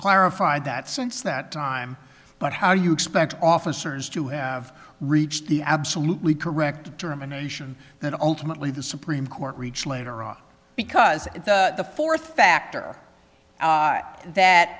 clarified that since that time but how you expect officers to have reached the absolutely correct determination that ultimately the supreme court reach later on because the fourth factor that